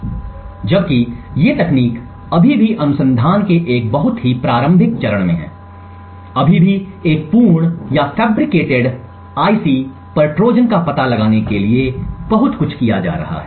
इसलिए जबकि ये तकनीक अभी भी अनुसंधान के एक बहुत ही प्रारंभिक चरण में हैं अभी भी एक पूर्ण या फैब्रिकेटेड आईसी पर ट्रोजन का पता लगाने के लिए बहुत कुछ किया जा रहा है